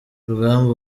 rugamba